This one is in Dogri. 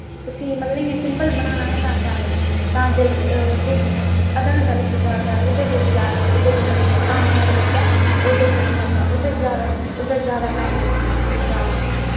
उस्सी मतलब इ'यां सिंपल बनाना होऐ तां शैल लगदा तां अद्धा घैंटा लग्गी जंदा ओह्दै च पानी ऐड़ करियै ओह्दै च निं बनदा ओह्दै च जैदा टैम लग्गी जंदा फिर जैदा बस